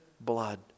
blood